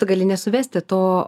tu gali nesuvesti to